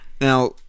Now